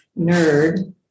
nerd